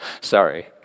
Sorry